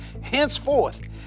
Henceforth